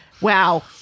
Wow